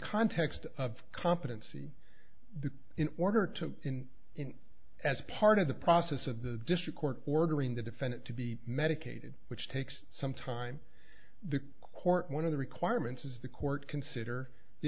context of competency in order to in as part of the process of the district court ordering the defendant to be medicated which takes some time the court one of the requirements is the court consider the